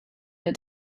been